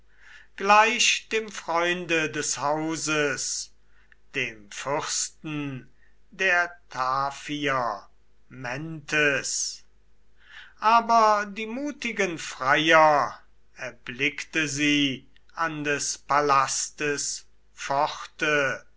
gleich dem freunde des hauses dem fürsten der taphier mentes aber die mutigen freier erblickte sie an des palastes